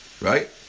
Right